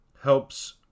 helps